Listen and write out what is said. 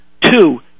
two